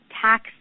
tax